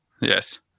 yes